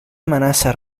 amenaça